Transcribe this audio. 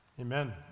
Amen